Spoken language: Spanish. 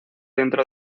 dentro